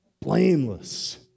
Blameless